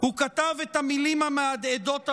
הוא כתב את המילים המהדהדות הבאות: